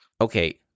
Okay